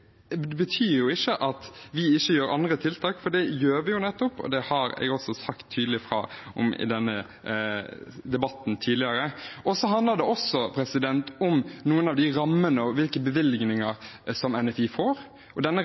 betyr ikke at vi ikke gjør andre tiltak, for det gjør vi, og det har jeg også sagt tydelig fra om i denne debatten tidligere. Det handler også om noen av rammene og bevilgningene NFI får, og